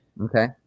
Okay